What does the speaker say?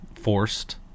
forced